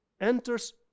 enters